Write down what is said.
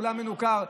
בעולם מנוכר,